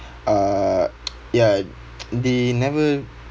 uh ya they never